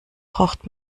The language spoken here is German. braucht